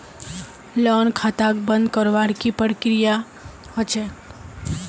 loan खाताक बंद करवार की प्रकिया ह छेक